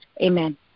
amen